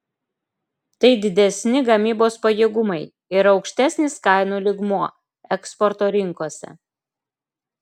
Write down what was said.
tai didesni gamybos pajėgumai ir aukštesnis kainų lygmuo eksporto rinkose